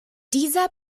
dieser